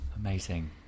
amazing